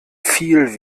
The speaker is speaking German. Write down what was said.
viel